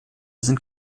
sind